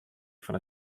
fan